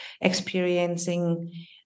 experiencing